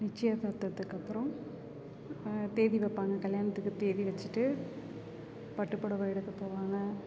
நிச்சயதார்த்ததுக்கப்புறம் தேதி வைப்பாங்க கல்யாணத்துக்கு தேதி வச்சுட்டு பட்டுப்புடவ எடுக்கப் போவாங்க